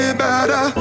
better